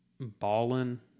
Ballin